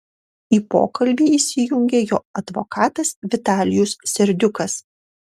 į pokalbį įsijungė jo advokatas vitalijus serdiukas